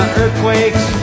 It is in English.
earthquakes